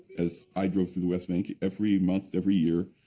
as i drove through the west bank, every month, every year,